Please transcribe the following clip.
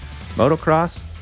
motocross